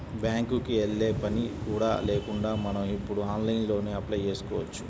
బ్యేంకుకి యెల్లే పని కూడా లేకుండా మనం ఇప్పుడు ఆన్లైన్లోనే అప్లై చేసుకోవచ్చు